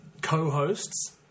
co-hosts